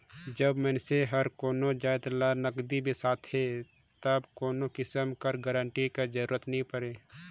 जब मइनसे हर कोनो जाएत ल नगदी बेसाथे तब कोनो किसिम कर गारंटर कर जरूरत नी परे